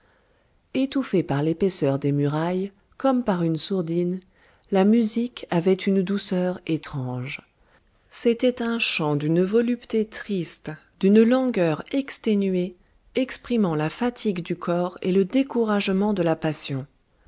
étouffée par l'épaisseur des murailles comme par une sourdine la musique avait une douceur étrange c'était un chant d'une volupté triste d'une langueur exténuée exprimant la fatigue du corps et le découragement de la passion